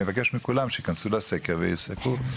אני פשוט אבקש מכולם שייכנסו לסקר, וייסקרו.